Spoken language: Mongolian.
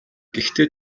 гэхдээ